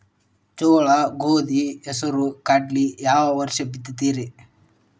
ಜೋಳ, ಗೋಧಿ, ಹೆಸರು, ಕಡ್ಲಿನ ಯಾವ ವರ್ಷ ಬಿತ್ತತಿರಿ?